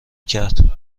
کرده